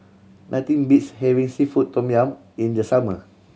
nothing beats having seafood tom yum in the summer